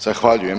Zahvaljujem.